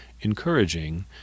encouraging